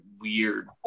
weird